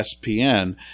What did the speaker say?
ESPN